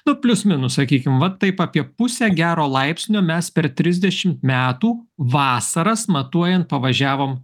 nu plius minus sakykim vat taip apie pusę gero laipsnio mes per trisdešim metų vasaras matuojant pavažiavom